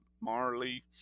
marley